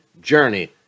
journey